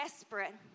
desperate